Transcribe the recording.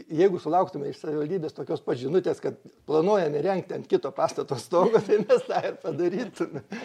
jeigu sulauktume iš savivaldybės tokios pat žinutės kad planuojam įrengti ant kito pastato stogo tai mes tą ir padarytume